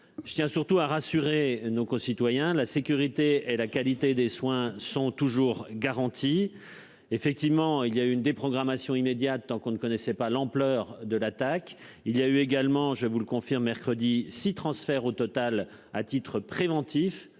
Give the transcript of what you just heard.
Je tiens surtout à rassurer nos concitoyens, la sécurité et la qualité des soins sont toujours garanti. Effectivement il y a une déprogrammation immédiate tant qu'on ne connaissait pas l'ampleur de l'attaque. Il y a eu également je vous le confirme mercredi 6 transfert au total à titre préventif